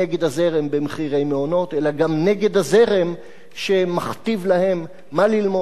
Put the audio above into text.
נגד הזרם במחירי מעונות אלא גם נגד הזרם שמכתיב להם מה ללמוד,